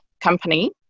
company